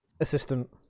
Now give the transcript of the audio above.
assistant